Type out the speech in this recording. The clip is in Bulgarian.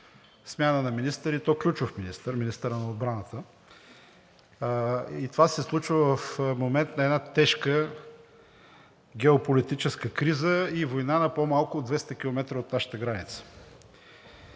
смяна на министър, и то ключов министър – министъра на отбраната. И това се случва в момент на една тежка геополитическа криза и война на по-малко от 200 км от нашата граница.